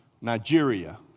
Nigeria